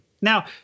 Now